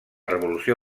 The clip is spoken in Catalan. revolució